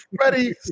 ready